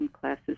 classes